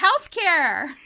healthcare